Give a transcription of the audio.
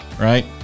right